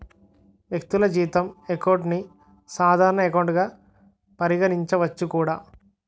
వ్యక్తులు జీతం అకౌంట్ ని సాధారణ ఎకౌంట్ గా పరిగణించవచ్చు కూడా